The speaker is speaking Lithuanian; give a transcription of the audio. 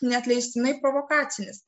neatleistinai provokacinis